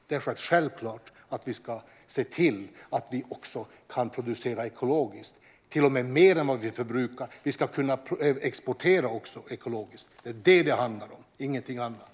Därför är det självklart att vi ska se till att vi också kan producera ekologiskt, till och med mer än vad vi förbrukar, för vi ska även kunna exportera ekologiskt. Det är det som det handlar om - ingenting annat.